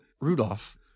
Rudolph